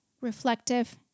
reflective